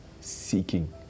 seeking